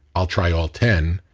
i'll try all ten.